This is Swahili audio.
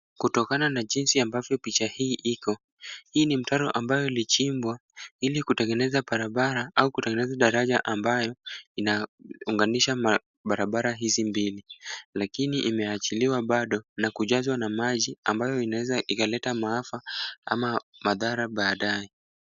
Kutokana na jinsi ambavyo picha hii iko, hii ni mtaro ambayo ilichimbwa ili kutengeneza barabara au kutengeneza daraja ambayo inaunganisha mabarabara hizi mbili lakini imeachiliwa bado na kujazwa na maji ambayo inaweza ikaleta maafa ama madhara baadaye.